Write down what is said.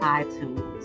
iTunes